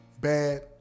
bad